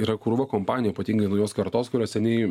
yra krūva kompanija ypatingai naujos kartos kurios seniai